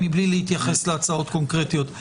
מבלי להתייחס להצעות קונקרטיות.